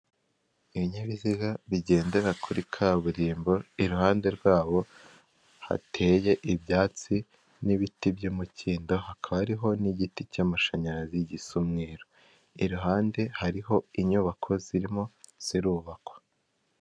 Ibinyabiziga bigendera kuri kaburimbo, iruhande rwabo hateye ibyatsi n'ibiti by'umukindo, hakaba hariho n'igiti cy'amashanyarazi gisa umweru, iruhande hariho inyubako zirimo zirubakwa.